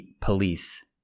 police